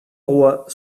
auroi